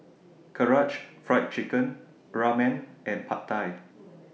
Karaage Fried Chicken Ramen and Pad Thai